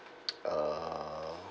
uh